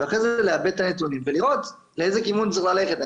לעבד את הנתונים ולראות לאיזה כיוון צריך ללכת.